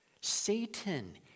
Satan